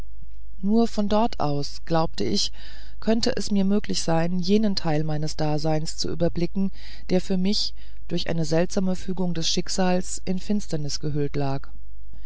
nur von dort aus glaubte ich könnte es mir möglich sein jenen teil meines daseins zu überblicken der für mich durch eine seltsame fügung des schicksals in finsternis gehüllt lag